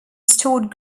stored